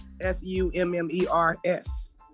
S-U-M-M-E-R-S